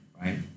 right